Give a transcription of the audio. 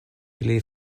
pli